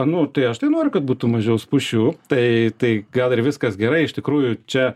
nu tai aš tai noriu kad būtų mažiau spūsčių tai tai gal ir viskas gerai iš tikrųjų čia